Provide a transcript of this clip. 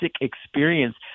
experience